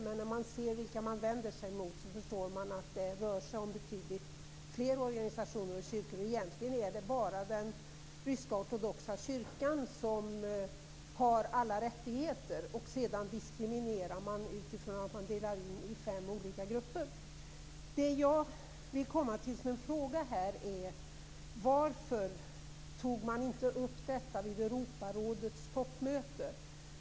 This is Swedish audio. Men med tanke på vilka man vänder sig mot är det lätt att förstå att det rör sig om betydligt flera organisationer och kyrkor. Egentligen är det bara den rysk-ortodoxa kyrkan som alla rättigheter. Sedan diskriminerar man utifrån att man delar dem in i fem olika grupper. Jag vill fråga utrikesministern: Varför tog man inte upp frågan vid Europarådets toppmöte?